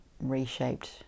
reshaped